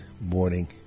morning